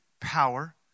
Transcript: power